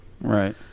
right